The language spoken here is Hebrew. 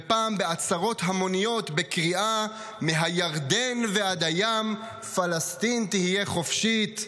ופעם בעצרות המוניות בקריאה "מהירדן ועד הים פלסטין תהיה חופשית"